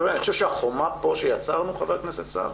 אבל אני חושב שהחומה שיצרנו פה, חבר הכנסת סער,